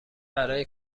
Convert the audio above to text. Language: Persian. برای